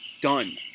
Done